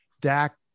Dak